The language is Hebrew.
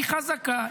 היא חזקה,